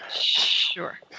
Sure